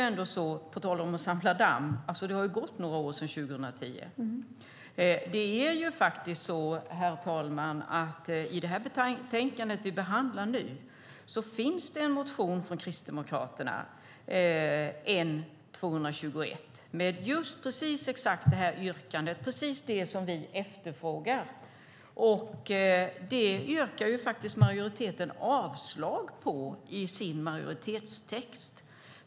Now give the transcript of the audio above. På tal om att samla damm har det ju gått några år sedan 2010, och det är faktiskt så, herr talman, att i betänkandet som vi behandlar nu finns en motion från Kristdemokraterna, N221, med just precis exakt det här yrkandet, precis det som vi efterfrågar. Men det yrkar majoriteten avslag på i sin majoritetstext.